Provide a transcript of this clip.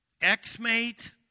ex-mate